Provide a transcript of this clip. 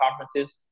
conferences